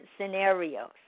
scenarios